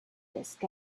desk